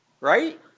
Right